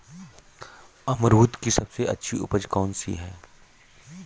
अमरूद की सबसे अच्छी उपज कौन सी है?